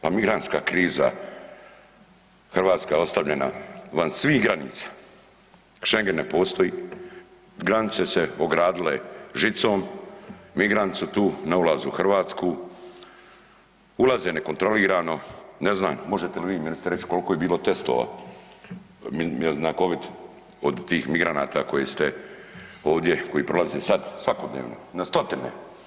Pa migrantska kriza, Hrvatska ostavljena vas svih granica, Schengen ne postoji, granice se ogradile žicom, migranti su tu na ulazu u Hrvatsku, ulaze nekontrolirano, ne znam, možete li vi ministre reći koliko je bilo testova na Covid od tih migranata koje ste ovdje, koji prolaze sad svakodnevno na stotine.